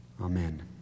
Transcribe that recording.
Amen